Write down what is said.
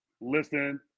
listen